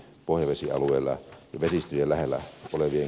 pohjavesialueelle vesistöjen lähellä olevia